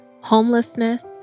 homelessness